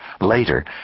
Later